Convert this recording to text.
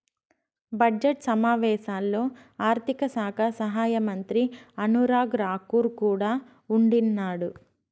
budget సమావేశాల్లో ఆర్థిక శాఖ సహాయమంత్రి అనురాగ్ రాకూర్ కూడా ఉండిన్నాడు